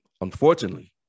unfortunately